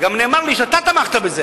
וגם נאמר לי שאתה תמכת בזה,